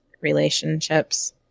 relationships